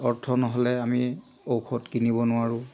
অৰ্থ নহ'লে আমি ঔষধ কিনিব নোৱাৰোঁ